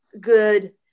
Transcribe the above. good